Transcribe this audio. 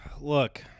Look